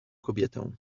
kobietę